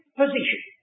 position